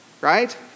Right